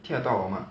听得到我 mah